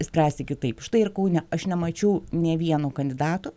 spręsti kitaip štai ir kaune aš nemačiau nė vieno kandidato